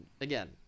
Again